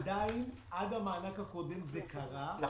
עד המענק הקודם זה קרה,